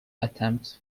attempt